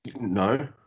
No